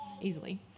easily